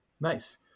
Nice